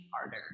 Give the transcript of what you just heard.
harder